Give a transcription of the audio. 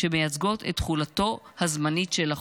שמייצגות את תחולתו הזמנית של החוק.